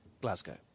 Glasgow